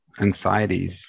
Anxieties